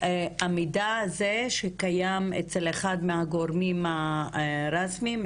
המידע הזה שקיים אצל אחד מהגורמים הרשמיים,